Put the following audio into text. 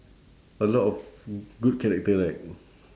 a lot of good character right